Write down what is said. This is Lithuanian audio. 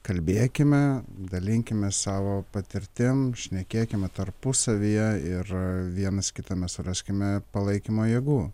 kalbėkime dalinkimės savo patirtim šnekėkime tarpusavyje ir vienas kitame suraskime palaikymo jėgų